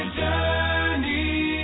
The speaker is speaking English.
journey